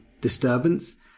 disturbance